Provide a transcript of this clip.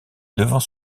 devant